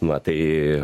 va tai